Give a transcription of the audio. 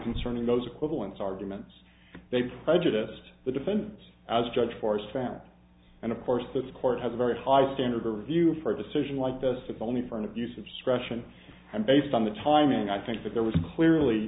concerning those equivalence arguments they prejudiced the defendant as judge forrest found and of course this court has a very high standard or view for a decision like this if only for an abuse of discretion and based on the timing i think that there was clearly